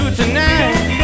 tonight